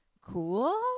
cool